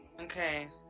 Okay